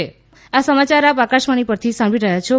corona appeal આ સમાચાર આપ આકાશવાણી પરથી સાંભળી રહ્યા છો